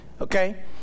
Okay